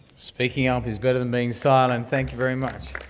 speaking up is better than being silent. thank you very much.